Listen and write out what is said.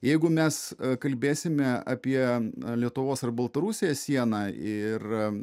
jeigu mes kalbėsime apie lietuvos ar baltarusijos sieną ir